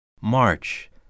March